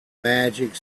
magic